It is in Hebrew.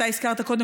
אתה קודם,